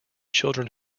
children